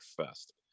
Fest